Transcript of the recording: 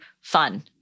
fun